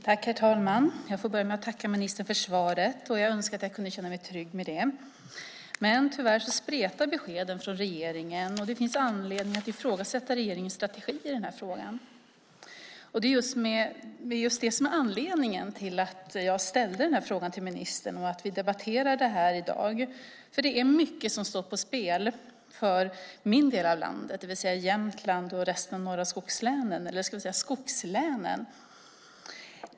Herr talman! Jag tackar ministern för svaret och skulle önska att jag kunde känna mig trygg med det. Tyvärr spretar beskeden från regeringen. Det finns anledning att ifrågasätta regeringens strategi i den här frågan. Det är just det som är anledningen till att jag ställt min interpellation till ministern och till att vi i dag debatterar den. Det är mycket som står på spel för min del av landet - det vill säga för Jämtland, eller för den delen skogslänen.